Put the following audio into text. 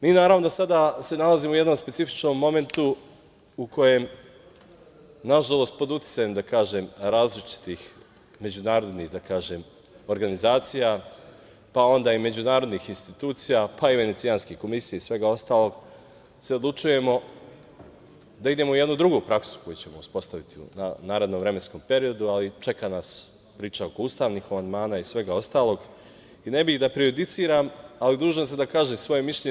Mi se sada nalazimo u jednom specifičnom momentu u kojem, nažalost, pod uticajem različitih međunarodnih organizacija, međunarodnih institucija, pa i Venecijanske komisije i svega ostalog, se odlučujemo da idemo u jednu drugu praksu koju ćemo uspostaviti u narednom vremenskom periodu, ali čeka nas priča oko ustavnih amandmana i svega ostalog i ne bih da prejudiciram, ali dužan sam da kažem svoje mišljenje.